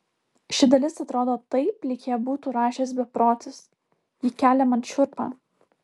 ši dalis atrodo taip lyg ją būtų rašęs beprotis ji kelia man šiurpą